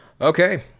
Okay